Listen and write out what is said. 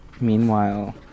Meanwhile